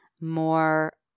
more